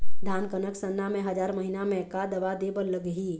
धान कनक सरना मे हजार महीना मे का दवा दे बर लगही?